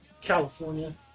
California